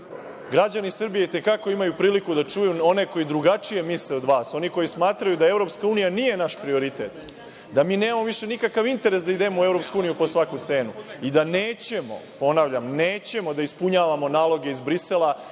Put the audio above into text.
Građani Srbije itekako imaju priliku da čuju o nekoj drugačijoj misli od vas, oni koji smatraju da EU nije naš prioritet, da mi nemamo više nikakav interes da idemo u EU po svaku cenu i da nećemo, ponavljam nećemo da ispunjavamo nalog iz Brisela